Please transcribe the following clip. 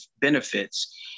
benefits